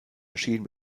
erschien